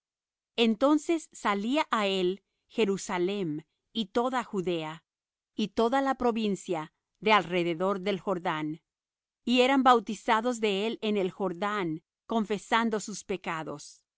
entonces salía á él jerusalem y toda judea y toda la provincia de alrededor del jordán y eran bautizados de él en el jordán confesando sus pecados